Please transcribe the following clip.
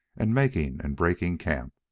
and making and breaking camp,